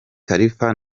khalifa